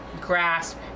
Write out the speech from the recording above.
grasp